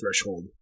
threshold